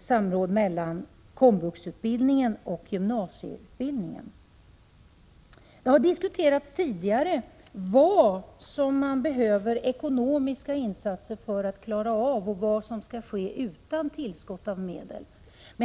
samråd mellan komvux-utbildningen och gymnasieutbildningen. Det har diskuterats tidigare vilka ekonomiska insatser som behövs och vad som kan göras utan tillskott av ekonomiska medel.